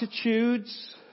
attitudes